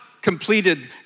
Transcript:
completed